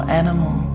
animal